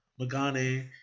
Magane